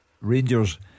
Rangers